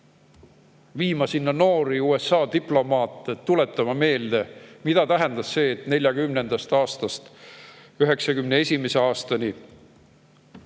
viima sinna noori USA diplomaate, tuletama meelde, mida tähendas see, et 1940. aastast 1991. aastani